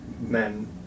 men